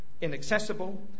inaccessible